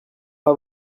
pas